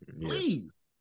please